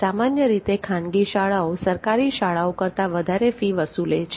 સામાન્ય રીતે ખાનગી શાળાઓ સરકારી શાળાઓ કરતાં વધારે ફી વસુલે છે